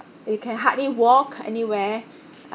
you can hardly walk anywhere